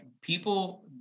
people